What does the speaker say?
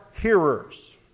hearers